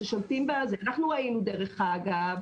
אנחנו ראינו דרך אגב